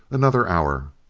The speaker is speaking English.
another hour.